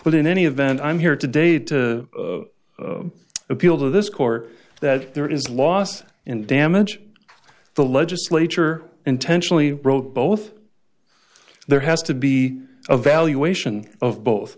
but in any event i'm here today to appeal to this court that there is loss and damage the legislature intentionally wrote both there has to be a valuation of both